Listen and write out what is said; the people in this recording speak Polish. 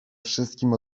wszystkim